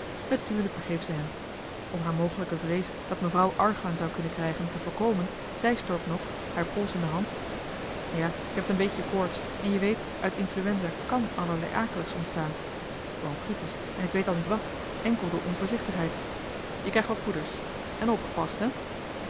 begreep ze hem om haar mogelijke vrees dat mevrouw argwaan zou kunnen krijgen te voor komen zei stork nog haar pols in de hand ja je hebt een beetje koorts en je weet uit influenza kàn allerlei akeligs ontstaan bronchitis en ik weet al niet wat enkel door onvoorzichtigheid je krijgt wat poeders en opgepast hè